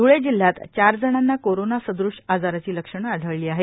ध्वळे जिल्ह्यात चार जणांना कोरोनासदृश आजाराची लक्षणं आढळली आहेत